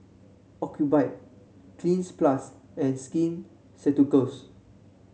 Ocuvite Cleanz Plus and Skin Ceuticals